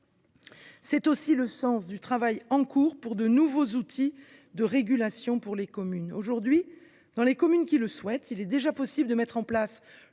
C’est aussi le sens du travail en cours pour élaborer de nouveaux outils de régulation au profit des communes. Aujourd’hui, dans les communes qui le souhaitent, il est déjà possible de mettre en place